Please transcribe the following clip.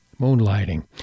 Moonlighting